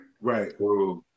Right